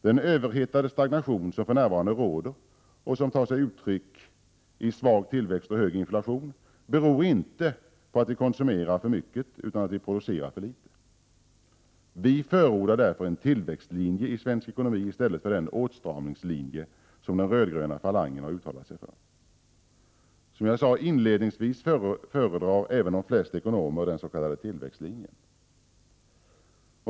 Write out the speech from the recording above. Den överhettade stagnation som för närvarande råder och som tar sig uttryck i svag tillväxt och hög inflation beror inte på att vi konsumerar för mycket utan på att vi producerar för litet. Moderaterna förordar därför en tillväxtlinje i svensk ekonomi i stället för den åtstramningslinje som den röd-gröna falangen har uttalat sig för. Som jag sade inledningsvis föredrar även de flesta ekonomer den s.k. tillväxtlinjen.